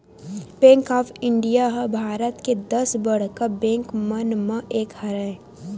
bank of India ह भारत के दस बड़का बेंक मन म एक हरय